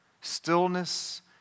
stillness